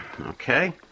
okay